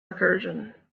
recursion